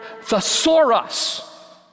thesaurus